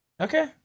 okay